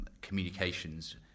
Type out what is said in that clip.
communications